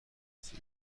است